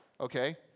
okay